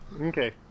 Okay